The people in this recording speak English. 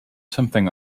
something